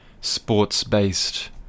sports-based